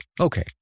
Okay